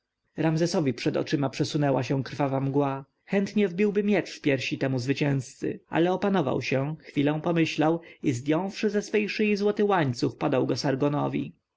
ramzesowi przed oczyma przesunęła się krwawa mgła chętnie wbiłby miecz w piersi temu zwycięzcy ale opanował się chwilę pomyślał i zdjąwszy ze swej szyi złoty łańcuch podał go